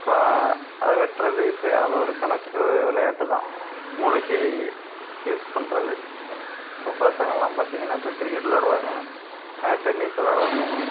இப்போ அது வெட்டுறது இப்படி அது ஒரு கணக்கு விளையாட்டுதான் மூளைக்கு யூஸ் பண்ணுறது இப்போ பசங்கெல்லாம் பார்த்திங்கனா இப்போ கிரிக்கெட் விளையாடுவாங்க டென்னிஸ் விளையாடுவாங்க